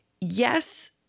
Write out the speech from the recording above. yes